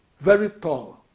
very tall,